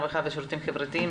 הרווחה והשירותים החברתיים.